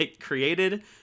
created